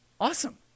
Awesome